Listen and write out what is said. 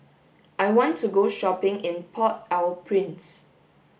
I want to go shopping in Port Au Prince